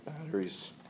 Batteries